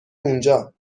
اونجا